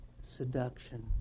Seduction